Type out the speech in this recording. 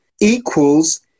equals